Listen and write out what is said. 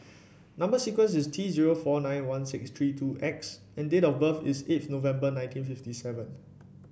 number sequence is T zero four nine one six three two X and date of birth is eighth November nineteen fifty seven